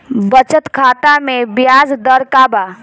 बचत खाता मे ब्याज दर का बा?